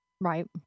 Right